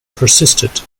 persisted